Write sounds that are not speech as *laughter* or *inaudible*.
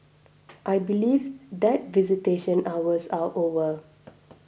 I believe that visitation hours are over *noise*